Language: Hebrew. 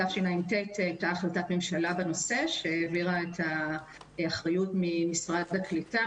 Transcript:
בתשע"ט הייתה החלטת ממשלה בנושא שהעבירה את האחריות ממשרד הקליטה,